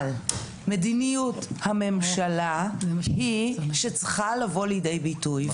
אבל מדיניות הממשלה היא שצריכה לבוא לידי ביטוי,